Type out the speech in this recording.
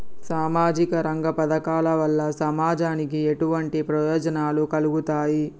సామాజిక రంగ పథకాల వల్ల సమాజానికి ఎటువంటి ప్రయోజనాలు కలుగుతాయి?